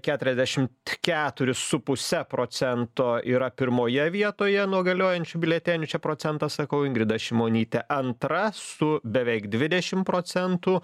keturiasdešimt keturis su puse procento yra pirmoje vietoje nuo galiojančių biuletenių čia procentas sakau ingrida šimonytė antra su beveik dvidešim procentų